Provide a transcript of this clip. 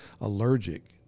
allergic